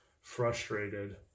frustrated